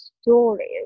stories